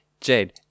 Jade